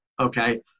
okay